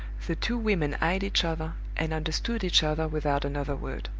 the two women eyed each other, and understood each other without another word.